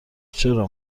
چرا